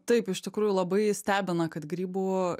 taip iš tikrųjų labai stebina kad grybų